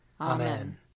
Amen